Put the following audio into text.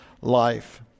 life